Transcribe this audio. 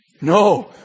No